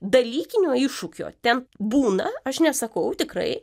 dalykinio iššūkio ten būna aš nesakau tikrai